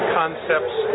concepts